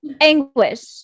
anguish